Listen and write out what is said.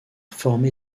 formé